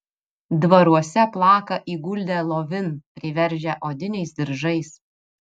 dvaruose plaka įguldę lovin priveržę odiniais diržais